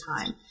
time